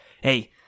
Hey